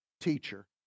teacher